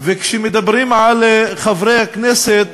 וכשמדברים על חברי הכנסת